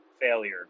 failure